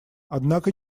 однако